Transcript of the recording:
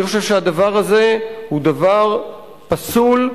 אני חושב שהדבר הזה הוא דבר פסול,